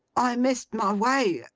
i missed my way,